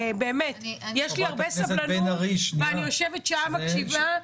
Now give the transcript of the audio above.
יש לי הרבה סבלנות ואני שעה מקשיבה,